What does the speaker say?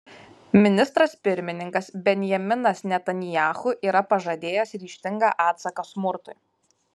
ministras pirmininkas benjaminas netanyahu yra pažadėjęs ryžtingą atsaką smurtui